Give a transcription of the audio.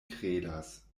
kredas